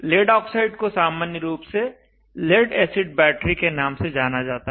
lead oxide को सामान्य रूप से लेड एसिड बैटरी के नाम से जाना जाता है